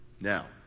Now